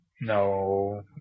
No